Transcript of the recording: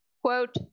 Quote